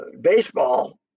Baseball